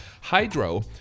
Hydro